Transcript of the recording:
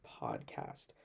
podcast